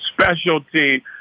specialty